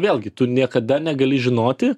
vėlgi tu niekada negali žinoti